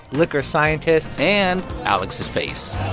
liquor scientists. and alex's face